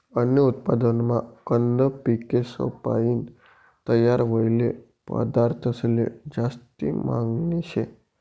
अन्न उत्पादनमा कंद पिकेसपायीन तयार व्हयेल पदार्थंसले जास्ती मागनी शे